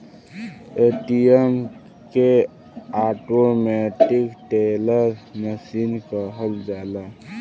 ATM के automatic teller machine कहल जाला